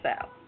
out